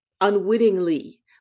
unwittingly